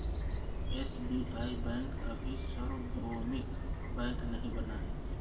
SBI bank अभी सार्वभौमिक bank नहीं बना है